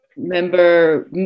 member